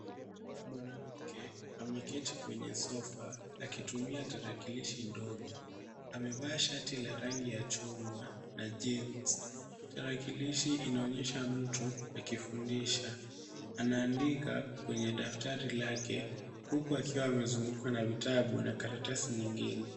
Mwanamke ameketi kwenye sofa akitumia tarakilishi ndogo. Amevaa shati la rangi ya chungwa na jeans . Tarakilishi inaonesha mtu akifundisha anaandika kwenye daftari lake huku akiwa amezungukwa na vitabu na karatasi nyingine.